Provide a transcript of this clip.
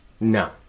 No